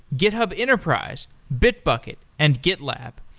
github enterprise, bitbucket, and gitlab.